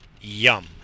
yum